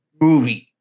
movie